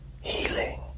healing